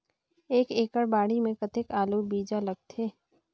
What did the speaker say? एक एकड़ बाड़ी मे कतेक आलू बीजा लगथे?